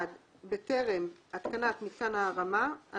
"(1)בטרם התקנת מתקן ההרמה על